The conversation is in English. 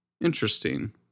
Interesting